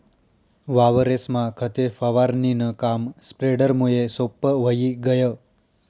वावरेस्मा खते फवारणीनं काम स्प्रेडरमुये सोप्पं व्हयी गय